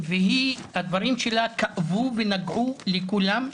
והדברים שלה כאבו ונגעו לכולם,